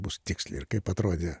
bus tiksliai ir kaip atrodė